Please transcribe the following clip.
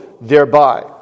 thereby